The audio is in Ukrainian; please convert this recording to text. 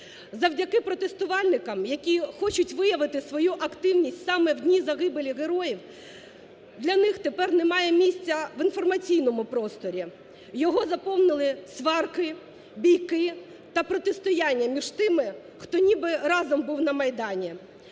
Завдяки протестувальникам, які хочуть виявити свою активність саме в дні загибелі героїв, для них тепер немає місця в інформаційного просторі. Його заповнили сварки, бійки та протистояння між тими, хто ніби разом був на Майдані.